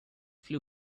flew